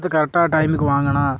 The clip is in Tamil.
பார்த்து கரெக்டாக டயமுக்கு வாங்கண்ணா